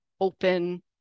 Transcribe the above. open